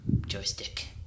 joystick